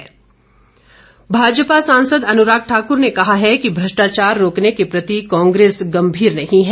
अनुराग ठाकुर भाजपा सांसद अनुराग ठाक्र ने कहा है कि भ्रष्टाचार रोकने के प्रति कांग्रेस गंभीर नहीं है